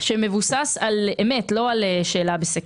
שמבוסס על אמת ולא על שאלה בסקר.